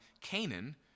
Canaan